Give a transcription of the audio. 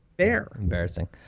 Embarrassing